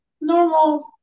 normal